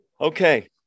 Okay